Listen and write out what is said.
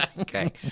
Okay